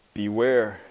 beware